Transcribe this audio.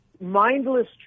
mindless